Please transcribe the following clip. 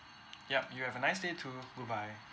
yup you have a nice day too bye bye